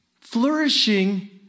flourishing